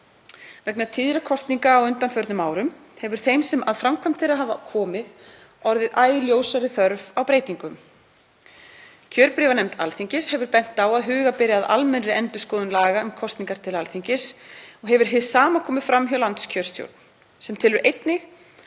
„Vegna tíðra kosninga á undanförnum árum hefur þeim sem að framkvæmd þeirra hafa komið orðið æ ljósari þörf á breytingum. Kjörbréfanefnd Alþingis hefur bent á að huga beri að almennri endurskoðun laga um kosningar til Alþingis og hefur hið sama komið fram hjá landskjörstjórn, sem telur einnig